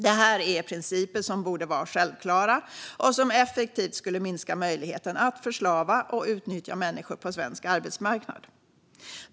Det här är principer som borde vara självklara och som effektivt skulle minska möjligheten att förslava och utnyttja människor på svensk arbetsmarknad.